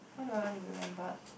how do I want to be remembered